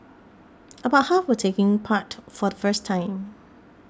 about half were taking part for the first time